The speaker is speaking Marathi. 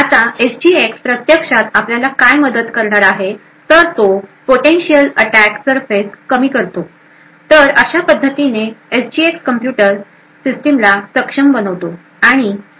आता एसजीएक्स प्रत्यक्षात आपल्याला काय मदत करणार आहे तर तो पोटेन्शियल अटॅक सरफेस कमी करतो तर अशा पद्धतीने एसजीएक्स कम्प्युटर सिस्टीम ला सक्षम बनवतो